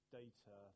data